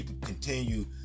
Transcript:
continue